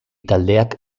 taldeak